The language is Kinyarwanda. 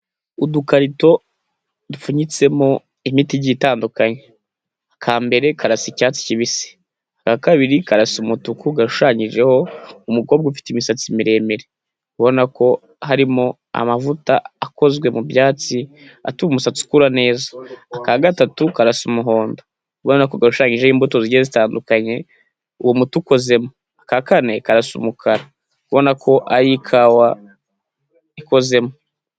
Udukarito dupfunyitsemo imiti igiye itandukanye. Aka mbere karasa icyatsi kibisi. Aka kabiri karasa umutuku gashushanyijeho umukobwa ufite imisatsi miremire. Ubona ko harimo amavuta akozwe mu byatsi atuma umusatsi ukura neza. Aka gatatu karasa umuhondo. Ubona ko gashushanyijeho imbuto zigiye zitandukanye uwo muti ukozemo. Aka kane karasa umukara. Ubona ko ari ikawa ikozemo.